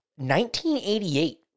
1988